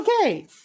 okay